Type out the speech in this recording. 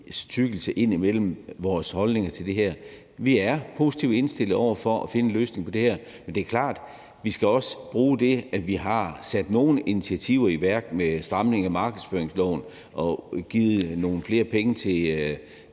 stykke A4-papir ind imellem vores holdninger til det her. Vi er positivt indstillet over for at finde en løsning på det her. Men det er klart, at vi også skal bruge det, at vi har sat nogle initiativer i værk med stramninger af markedsføringsloven og givet nogle flere penge til